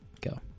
Go